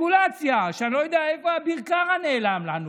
רגולציה, שאני לא יודע איפה אביר קארה נעלם לנו.